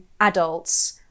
adults